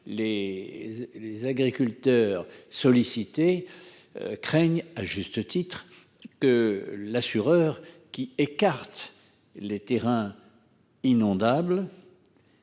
les agriculteurs sollicités craignent à juste titre que l’assureur qui écarte les terrains inondables